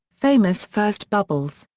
famous first bubbles,